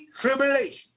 tribulation